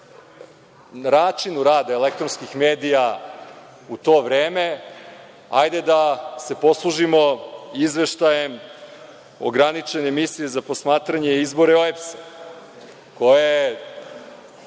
o načinu rada elektronskih medija u to vreme, hajde da se poslužimo izveštajem ograničene misije za posmatranje izbora OEPS, koja